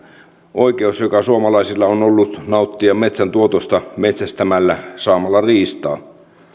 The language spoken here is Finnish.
oikeus joka suomalaisilla on ollut nauttia metsän tuotosta metsästämällä saamalla riistaa